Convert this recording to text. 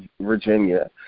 Virginia